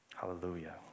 Hallelujah